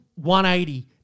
180